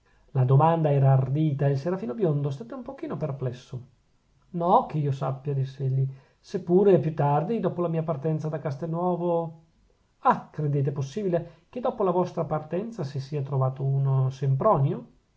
la domanda era ardita e il serafino biondo stette un pochino perplesso no ch'io sappia diss'egli se pure più tardi dopo la mia partenza da castelnuovo ah credete possibile che dopo la vostra partenza si sia trovato un sempronio